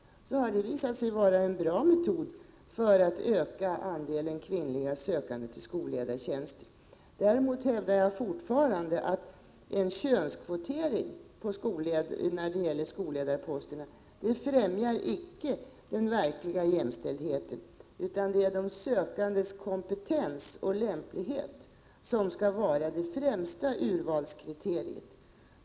Det har visat sig vara en bra metod att öka andelen kvinnliga sökande till skolledartjänster. Däremot hävdar jag fortfarande att en könskvotering när det gäller skolledarposter icke främjar den verkliga jämställdheten. Det är de sökandes kompetens och lämplighet som skall vara det främsta urvalskriteriet.